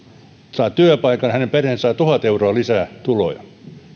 saa työpaikan hänen perheensä saa tuhat euroa lisää tuloja